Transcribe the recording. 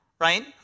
right